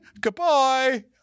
goodbye